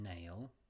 nail